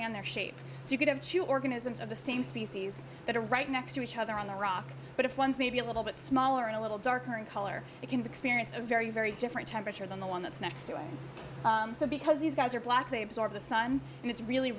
and their shape so you could have two organisms of the same species that are right next to each other on the rock but if one's maybe a little bit smaller and a little darker in color it can be experienced a very very different temperature than the one that's next to the because these guys are black they absorb the sun and it's really